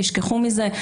תשכחו מזה.